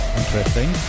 interesting